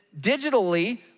digitally